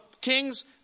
kings